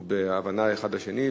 ובהבנה אחד של השני,